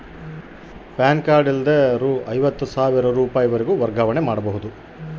PAN card ಇಲ್ಲದ ಎಷ್ಟರವರೆಗೂ ರೊಕ್ಕ ವರ್ಗಾವಣೆ ಮಾಡಬಹುದು?